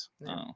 No